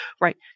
right